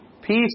peace